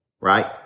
right